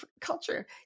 culture